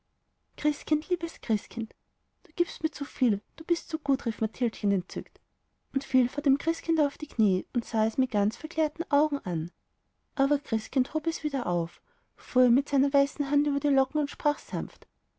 christkind liebes christkind du gibst mir zuviel du bist zu gut rief mathildchen entzückt und fiel vor dem christkindchen auf die knie und sah es mit ganz verklärten augen an aber christkind hob es wieder auf fuhr ihm mit seiner weißen hand über die locken und sprach sanft